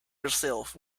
yourself